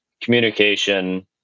communication